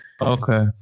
Okay